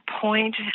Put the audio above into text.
point